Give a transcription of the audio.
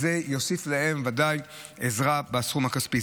זה יוסיף להם בוודאי עזרה בסכום הכספי.